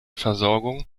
versorgung